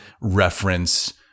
reference